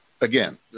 again